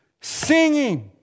singing